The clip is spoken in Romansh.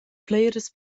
pliras